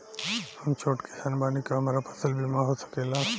हम छोट किसान बानी का हमरा फसल बीमा हो सकेला?